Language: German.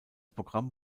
programm